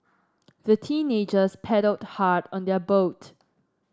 the teenagers paddled hard on their boat